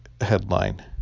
headline